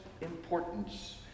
importance